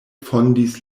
fondis